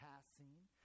passing